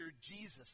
Jesus